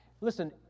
Listen